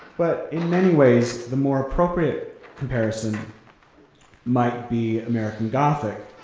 but in many ways, the more appropriate comparison might be american gothic.